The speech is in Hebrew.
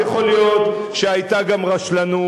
אז יכול להיות שהיתה גם רשלנות,